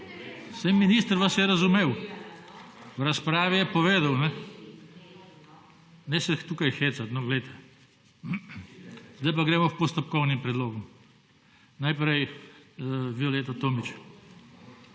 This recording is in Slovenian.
Saj minister vas je razumel. V razpravi je povedal. Ne se tukaj hecat, no, glejte. Zdaj gremo k postopkovnim predlogom. Najprej Violeta Tomić.